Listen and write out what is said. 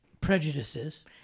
prejudices